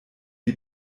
die